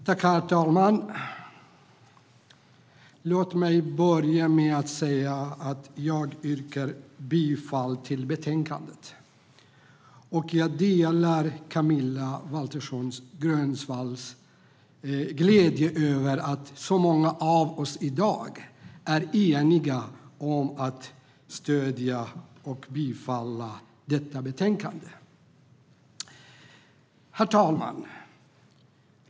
Herr talman! Jag yrkar bifall till förslaget i betänkandet, och jag delar Camilla Waltersson Grönvalls glädje över att så många av oss i dag är eniga om att stödja detta betänkande. Herr talman!